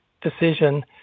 decision